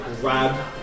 grab